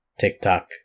TikTok